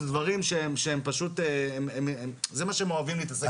אלה דברים זה מה שהם אוהבים להתעסק אתו.